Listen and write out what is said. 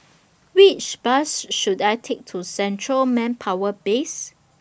Which Bus should I Take to Central Manpower Base